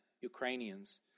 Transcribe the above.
Ukrainians